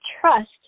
trust